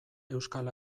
euskal